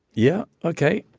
yeah, ok.